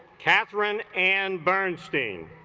catherine and bernstein